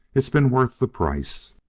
it's been worth the price.